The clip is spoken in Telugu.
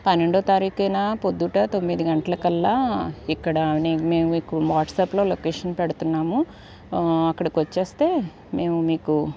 పన్నెండవ తారిఖున పొద్దుట తొమ్మిది గంటలకల్లా ఇక్కడ మేము మీకు వాట్సాప్లో లొకేషన్ పెడుతున్నాము అక్కడికి వస్తే మేము మీకు